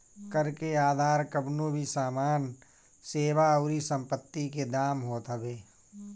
कर के आधार कवनो भी सामान, सेवा अउरी संपत्ति के दाम होत हवे